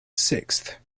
sixth